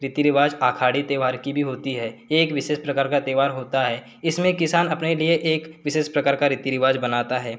रीति रिवाज आखाड़ी त्योहार की भी होती है ये एक विशेष प्रकार का त्योहार होता है इसमें किसान अपने लिए एक विशेष प्रकार का रीति रिवाज बनाता है